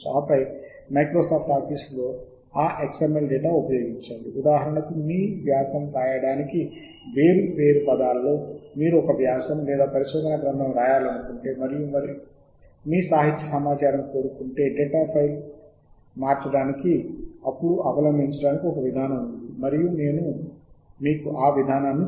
మీ వ్యాసాన్ని రూపొందించడానికి లాటెక్స్ లేదా మైక్రోసాఫ్ట్ ఆఫీస్ వంటి టైప్సెట్టింగ్ సాఫ్ట్వేర్ వ్యాసం చివర సూచనలు మరియు మీరు దీన్ని మీ పరిశోధనా గ్రంధము కోసం కూడా ఉపయోగించవచ్చు